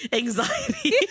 Anxiety